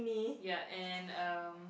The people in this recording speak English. ya and um